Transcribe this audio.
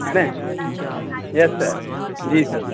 ہے نے yes sir ji سر